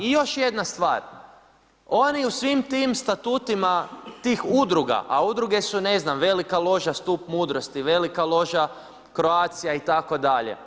I još jedna stvar oni u svim tim statutima tih udruga, a udruge su ne znam velika loža stup mudrosti, velika loža Croatia, itd.